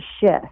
shift